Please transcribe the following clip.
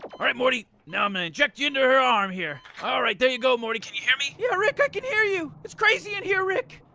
all right morty now i'm gonna inject you into know her arm here, ah all right. there you go morty can you hear me? yeah rick i can hear you it's crazy in here rick.